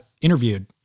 interviewed